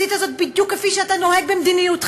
עשית זאת בדיוק כפי שאתה נוהג במדיניותך,